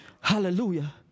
Hallelujah